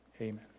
amen